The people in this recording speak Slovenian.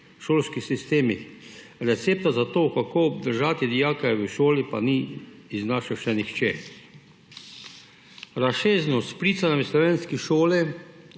šolskih sistemih. Recepta za to, kako obdržati dijake v šoli, pa ni iznašel še nihče. Razsežnosti špricanja v slovenskih šolah